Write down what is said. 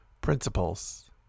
Principles